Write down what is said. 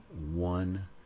one